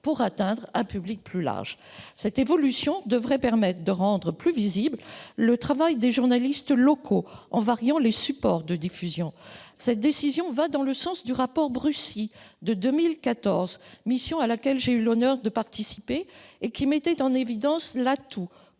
pour atteindre un public plus large. Cette évolution devrait permettre de rendre plus visible le travail des journalistes locaux, en variant les supports de diffusion. Une telle décision va dans le sens du rapport rendu en 2014 par la mission menée par Anne Brucy, à laquelle j'ai eu l'honneur de participer. La mission y mettait en évidence l'atout